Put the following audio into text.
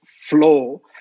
flow